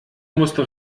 musste